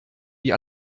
wie